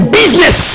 business